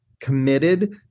committed